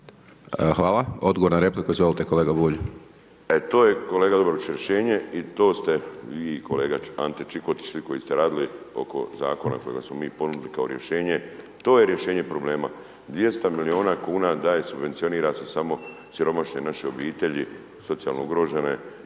Hvala, odgovor na repliku, izvolte kolega Bulj. **Bulj, Miro (MOST)** E to je kolega Dobrović rješenje i to ste vi i kolega Ante Čikotić svi koji ste radili oko zakona kojega smo mi ponudili kao rješenje, to je rješenje problema. 200 milijona kuna daje subvencionira se samo siromašne naše obitelji, socijalno ugrožene,